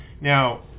Now